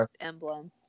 emblem